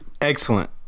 Excellent